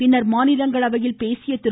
பின்னர் மாநிலங்களவையில் பேசிய திரு